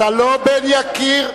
אתה לא בן יקיר.